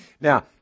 Now